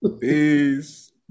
peace